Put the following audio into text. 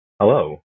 Hello